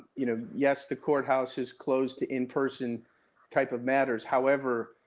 you know, yes, the courthouse is closed to in-person type of matters, however,